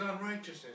unrighteousness